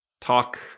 talk